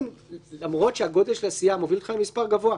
למרות שהגודל של הסיעה מוביל למספר גבוה,